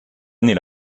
année